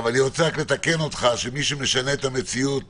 אני רוצה רק לתקן אותך, שמי שמשנה את המציאות